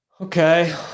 Okay